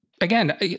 Again